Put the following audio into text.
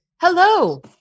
Hello